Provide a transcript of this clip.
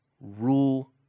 rule